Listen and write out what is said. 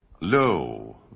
Lo